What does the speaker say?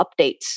updates